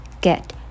Get